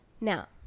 Now